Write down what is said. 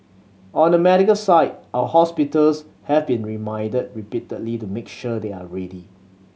on the medical side our hospitals have been reminded repeatedly to make sure they are ready